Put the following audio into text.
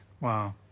Wow